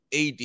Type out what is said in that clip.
ad